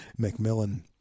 McMillan